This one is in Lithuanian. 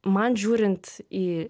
man žiūrint į